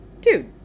Dude